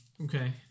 Okay